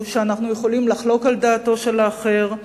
הוא שאנו יכולים לחלוק על דעתו של האחר,